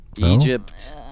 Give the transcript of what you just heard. Egypt